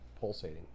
pulsating